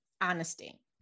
honesty